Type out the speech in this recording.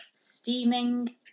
Steaming